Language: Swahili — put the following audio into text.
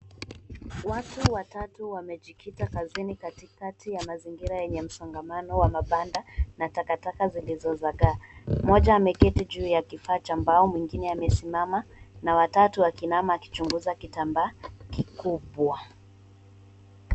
Watu watatu wamejikita kazini katikati ya mazingira yenye msongamano wa mabanda na takataka zilizozagaa. Mmoja ameketi juu ya kifaa cha mbao, mwingine amesimama na wa tatu akiinama akichunguza kitambaa kikubwa.